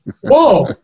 Whoa